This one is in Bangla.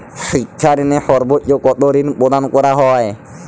শিক্ষা ঋণে সর্বোচ্চ কতো ঋণ প্রদান করা হয়?